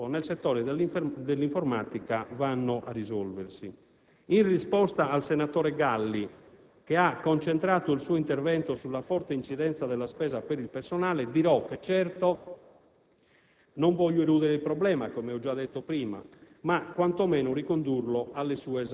con gli investimenti che abbiamo realizzato e stiamo completando nel settore dell'informatica, vanno a risolversi. In risposta al senatore Galli, che ha concentrato il suo intervento sulla forte incidenza della spesa per il personale, dirò che certo